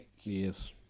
Yes